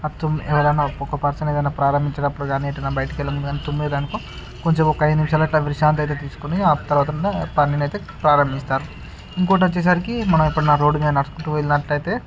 అ తుమ్మి ఎవరైనా ఒక పర్సన్ ఏదైనా ప్రారంభించినప్పుడు కానీ ఎటైనా బయటికి వెళ్ళే ముందు కానీ తుమ్మిండ్రకో కొంచెం ఒక ఐదు నిమిషాలు అట్లా విశ్రాంతి అయితే తీసుకొని ఆ తర్వాత ఆ పనిని అయితే ప్రారంభిస్తారు ఇంకొకటి వచ్చేసరికి మనం ఎప్పుడైనా రోడ్డు మీద నడుచుకుంటు వెళ్ళినట్లయితే